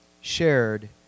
Shared